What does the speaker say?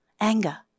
Anger